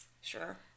Sure